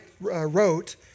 wrote